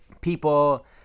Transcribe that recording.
people